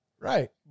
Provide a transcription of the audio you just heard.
Right